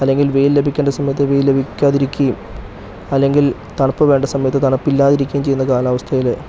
അല്ലെങ്കിൽ വെയിൽ ലഭിക്കേണ്ട സമയത്ത് വെയിൽ ലഭിക്കാതിരിക്കുകയും അല്ലെങ്കിൽ തണുപ്പ് വേണ്ട സമയത്ത് തണുപ്പില്ലാതിരിക്കുകയും ചെയ്യുന്ന കാലാവസ്ഥയിൽ